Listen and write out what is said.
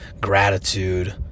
gratitude